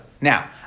Now